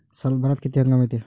सालभरात किती हंगाम येते?